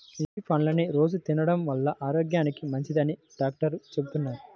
యీ కివీ పళ్ళని రోజూ తినడం వల్ల ఆరోగ్యానికి మంచిదని డాక్టర్లు చెబుతున్నారు